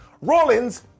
Rollins